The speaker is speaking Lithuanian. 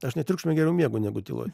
aš net triukšme geriau miegu negu tyloj